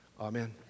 Amen